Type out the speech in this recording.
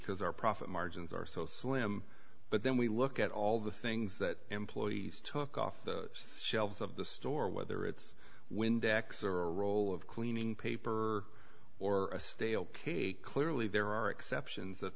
because our profit margins are so slim but then we look at all the things that employees took off those shelves of the store whether it's windex or a roll of cleaning paper or a stale cake clearly there are exceptions that